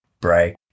break